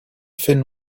fin